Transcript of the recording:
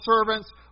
servants